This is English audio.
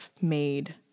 made